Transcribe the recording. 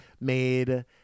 made